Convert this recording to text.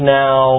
now